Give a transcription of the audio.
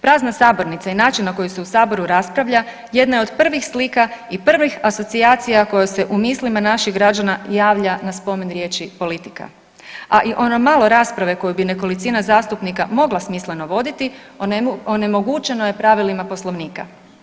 Prazna sabornica i način na koji se u Saboru raspravlja jedna je od prvih slika i prvih asocijacija koja se u mislima naših građana javlja na spomen riječi politika, a i ono malo rasprave koju bi nekolicina zastupnika mogla smisleno voditi onemogućeno je pravilima Poslovnika.